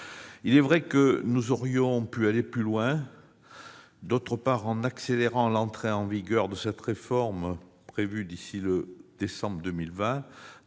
Il est vrai que nous aurions pu aller plus loin : d'une part, en accélérant l'entrée en vigueur de cette réforme, prévue en décembre 2020